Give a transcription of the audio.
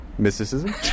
Mysticism